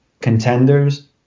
contenders –